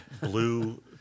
blue